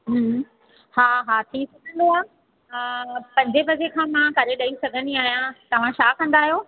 हा हा थी सघंदो आहे हा पंजे बजे खां मां करे ॾेई सघंदी आहियां तव्हां छा कंदा आहियो